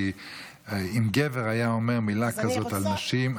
כי אם גבר היה אומר מילה כזאת על נשים,